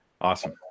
Awesome